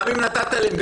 גם אם נתת להן להתחרות,